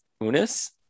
Unis